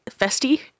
festy